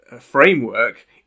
framework